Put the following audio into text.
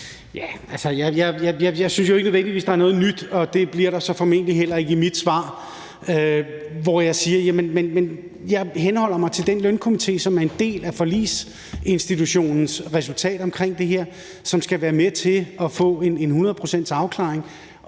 Jeg synes ikke nødvendigvis, der er noget nyt i det, og det bliver der så formentlig heller ikke i mit svar. Jeg henholder mig til den lønstrukturkomité, som er en del af forligsinstitutionens resultat omkring det her, og som skal være med til at få et hundrede procent afklaring,